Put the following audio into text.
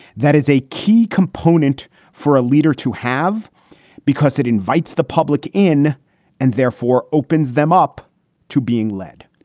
that is a key component for a leader to have because it invites the public in and therefore opens them up to being led